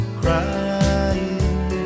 crying